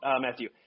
Matthew